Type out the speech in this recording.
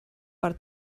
per